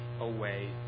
away